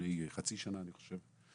לפני חצי שנה אני חושב,